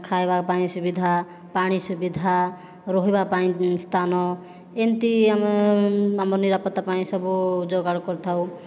ଖାଇବା ପାଇଁ ସୁବିଧା ପାଣି ସୁବିଧା ରହିବା ପାଇଁ ସ୍ଥାନ ଏମିତି ଆମେ ଆମ ନିରାପତ୍ତା ପାଇଁ ସବୁ ଯୋଗାଡ଼ କରିଥାଉ